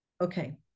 Okay